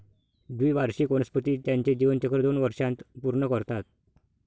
द्विवार्षिक वनस्पती त्यांचे जीवनचक्र दोन वर्षांत पूर्ण करतात